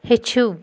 ہیٚچھِو